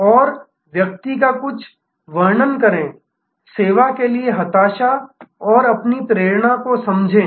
और व्यक्ति का कुछ वर्णन करें सेवा के लिए हताशा और अपनी प्रेरणा को समझें